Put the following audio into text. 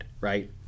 right